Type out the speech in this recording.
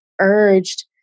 urged